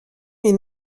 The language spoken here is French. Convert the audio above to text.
mais